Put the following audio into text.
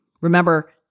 Remember